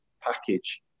package